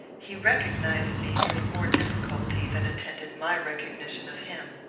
he recognised me with more difficulty than attended my recognition of him.